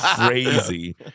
crazy